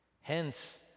Hence